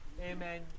amen